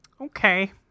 Okay